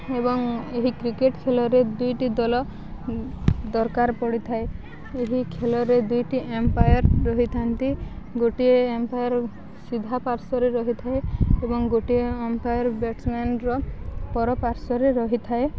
ଏବଂ ଏହି କ୍ରିକେଟ ଖେଳରେ ଦୁଇଟି ଦଳ ଦରକାର ପଡ଼ିଥାଏ ଏହି ଖେଳରେ ଦୁଇଟି ଅମ୍ପାୟାର ରହିଥାନ୍ତି ଗୋଟିଏ ଅମ୍ପାୟାର ସିଧା ପାର୍ଶ୍ୱରେ ରହିଥାଏ ଏବଂ ଗୋଟିଏ ଅମ୍ପାୟାର ବ୍ୟାଟ୍ସମ୍ୟାନର ପରପାର୍ଶ୍ୱରେ ରହିଥାଏ